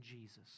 Jesus